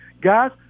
Guys